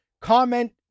comment